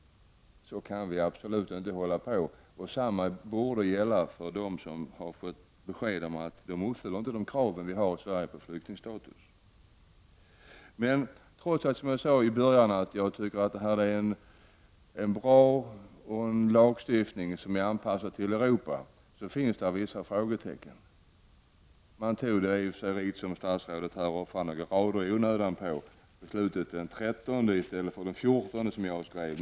Så kan vi absolut inte hålla på. Samma borde gälla för dem som har fått besked om att de inte uppfyller de krav vi ställer på flyktingstatus i Sverige. Trots att jag, som jag sade i början, tycker att detta är en bra lagstiftning som är anpassad till Europa, finns det vissa frågetecken. Det är i och för sig riktigt att man fattade beslutet den 13 december och inte den 14 december som jag skrev — något som statsrådet här offrar några rader i onödan på.